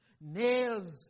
nails